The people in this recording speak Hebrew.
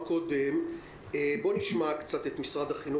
תסבירי קצת יותר בפרטים את הסיכום שהגעתם אליו אתמול בלילה.